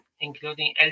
including